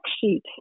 sheet